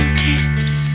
tips